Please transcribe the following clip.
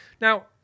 Now